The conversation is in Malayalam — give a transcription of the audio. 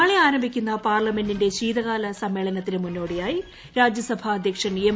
നാളെ ആരംഭിക്കുന്ന പാർലമെന്റിന്റെ ശീതകാല സമ്മേളനത്തിന് മുന്നോടിയായി രാജ്യസഭാ അധ്യക്ഷൻ എം